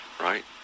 right